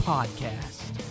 Podcast